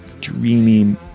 dreamy